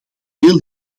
veel